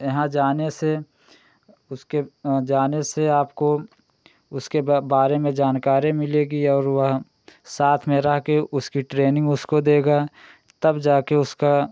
यहाँ जाने से उसके जाने से आपको उसके बारे में जानकारी मिलेगी और वह साथ में रहकर उसकी ट्रेनिन्ग उसको देगा तब जाकर उसका